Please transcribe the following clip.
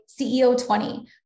CEO20